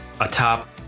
atop